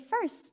first